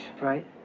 Right